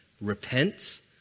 repent